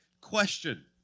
question